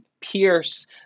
pierce